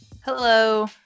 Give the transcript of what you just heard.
Hello